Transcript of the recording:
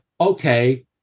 okay